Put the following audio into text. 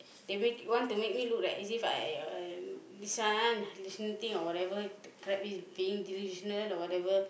they make want to make me look like as if I I this one thing or whatever being delusional or whatever